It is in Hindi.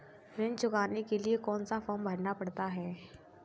ऋण चुकाने के लिए कौन सा फॉर्म भरना पड़ता है?